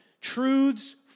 truths